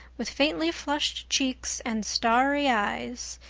with faintly flushed cheeks and starry eyes,